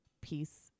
piece